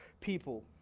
people